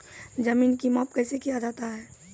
जमीन की माप कैसे किया जाता हैं?